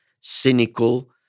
cynical